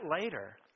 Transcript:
later